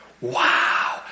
wow